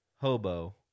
hobo